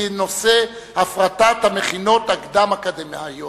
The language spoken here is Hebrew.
בנושא הפרטת המכינות הקדם-אקדמיות.